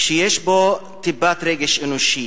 שיש בו טיפת רגש אנושי,